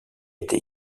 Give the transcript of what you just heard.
été